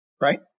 Right